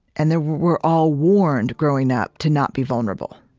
and then we're all warned, growing up, to not be vulnerable.